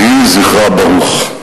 יהי זכרה ברוך.